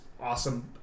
awesome